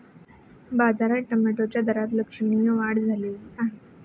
बाजारात टोमॅटोच्या दरात लक्षणीय वाढ झाली आहे